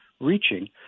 Reaching